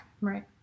Right